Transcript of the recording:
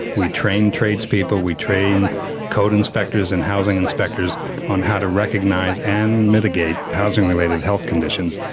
we train tradespeople, we train code inspectors and housing inspectors on how to recognise and mitigate housing related health conditions.